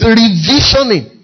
revisioning